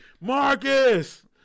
Marcus